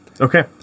okay